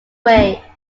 way